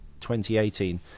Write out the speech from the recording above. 2018